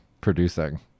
producing